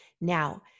Now